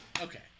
Okay